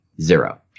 zero